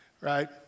right